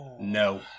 No